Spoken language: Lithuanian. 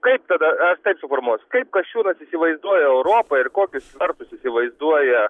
kaip tada suformuot kaip kasčiūnas įsivaizduoja europą ir kokius vartus įsivaizduoja